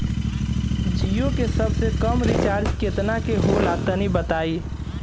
जीओ के सबसे कम रिचार्ज केतना के होला तनि बताई?